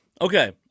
Okay